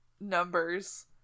numbers